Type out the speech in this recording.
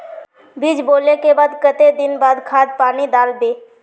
बीज बोले के बाद केते दिन बाद खाद पानी दाल वे?